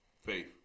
Faith